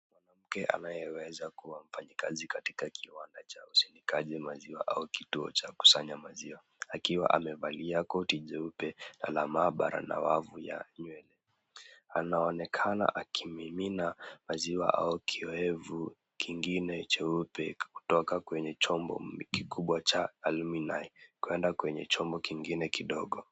Mwanamke anayeweza kuwa mfanyakazi katika kiwanda cha usindikaji maziwa au kituo cha kusanya maziwa akiwa amevalia koti jeupe la maabara na wavu ya nywele. Anaonekana akimimina maziwa au kiowevu kingine cheupe kutoka kwenye chombo kikubwa cha alumini kwenda kwenye chombo kidogo.